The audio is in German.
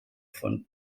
von